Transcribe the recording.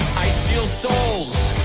i steal souls,